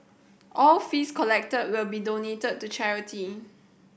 all fees collected will be donated to charity